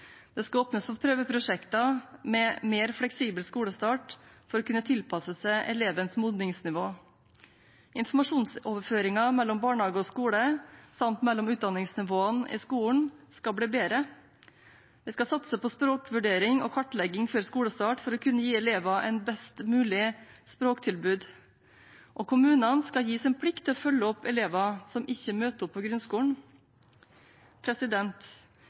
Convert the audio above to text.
Det skal åpnes for prøveprosjekter med mer fleksibel skolestart for å kunne tilpasse seg elevens modningsnivå. Informasjonsoverføringen mellom barnehage og skole, samt mellom utdanningsnivåene i skolen, skal bli bedre. Vi skal satse på språkvurdering og kartlegging før skolestart for å kunne gi elever et best mulig språktilbud. Og kommunene skal gis en plikt til å følge opp elever som ikke møter opp på grunnskolen.